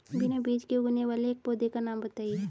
बिना बीज के उगने वाले एक पौधे का नाम बताइए